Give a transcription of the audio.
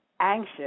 Anxious